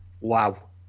Wow